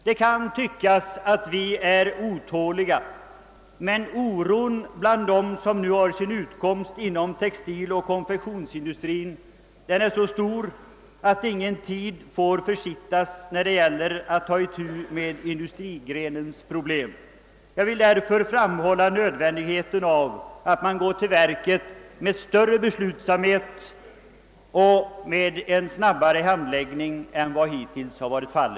Det kan tyckas att vi är otåliga, men oron bland dem som nu har sin utkomst inom textiloch konfektionsindustrin är så stor att ingen tid får försittas när det gäller att ta itu med industrigrenens problem. Jag vill därför framhålla nödvändigheten av att man går till verket med större beslutsamhet och ser till att handläggningen blir snabbare än hittills.